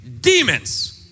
demons